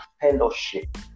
fellowship